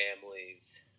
families